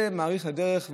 זה מאריך את הדרך.